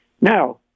Now